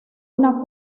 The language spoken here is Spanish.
una